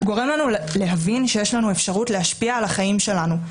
וגורם לנו להבין שיש לנו אפשרות להשפיע על החיים שלנו.